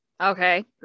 Okay